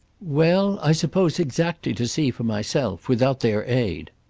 well, i suppose exactly to see for myself without their aid.